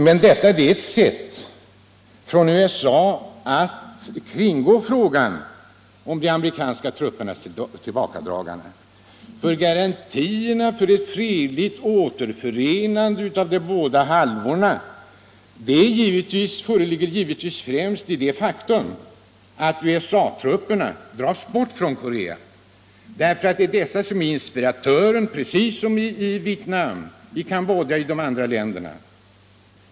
Men detta är ett sätt av USA att kringgå frågan om de amerikanska truppernas tillbakadragande. Garantierna för ett fredligt återförenande av de båda halvorna ligger främst i att USA:s trupper dras bort från Korea, ty det är dessa trupper som är inspiratörer till förvecklingarna — precis som i Vietnam, i Cambodja och i de andra länderna.